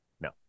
No